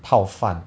泡饭